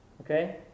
Okay